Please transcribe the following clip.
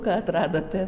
ką atradote